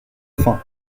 faim